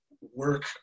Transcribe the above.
work